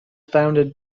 founded